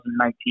2019